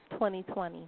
2020